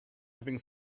having